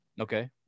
Okay